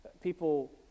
people